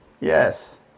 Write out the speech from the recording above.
Yes